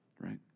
right